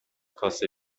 کاسه